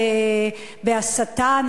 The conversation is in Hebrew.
בהסתה,